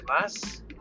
mass